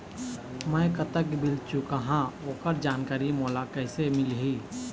मैं कतक बिल चुकाहां ओकर जानकारी मोला कइसे मिलही?